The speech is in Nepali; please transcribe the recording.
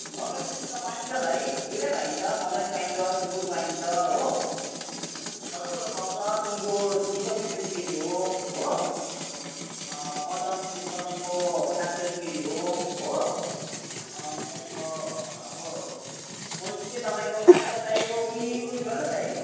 मटन त पाइन्छ भाइ दुइटै पाइन्छ मटन पाइन्छ सुँगुर पाइन्छ हो सबै कुरा पाउँछ सुङ्गुर दुई सय बिस रुपियाँ केजी हो हो मटन तपाईँको सात सय रुपियाँ केजी हो हो तपाईँको अब पोल्ट्री चाहिँ तपाईँको काटेको चाहिएको हो कि डल्लै चाहिएको